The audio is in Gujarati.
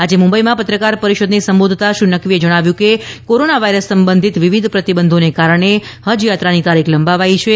આજે મુંબઈમાં પત્રકાર પરિષદને સંબોધતા શ્રી નકવીએ જણાવ્યું હતુ કે કોરોના વાયરસ સંબંધિત વિવિધ પ્રતિબંધોને કારણે હજયાત્રાની તારીખ લંબાવાઈ છે